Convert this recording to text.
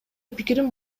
пикирим